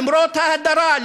למרות ההדרה,